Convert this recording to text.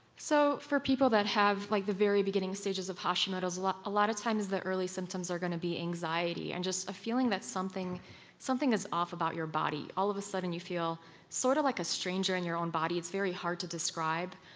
so for people that have like the very beginning stages of hashimoto's, a lot of times the early symptoms are going to be anxiety and just a feeling that something something is off about your body. all of a sudden you feel sort of like a stranger in your own body, it's very hard to describe.